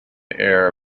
air